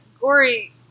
gory